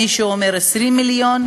מישהו אומר 20 מיליון,